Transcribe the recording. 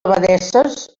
abadesses